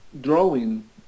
drawing